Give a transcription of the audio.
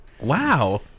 Wow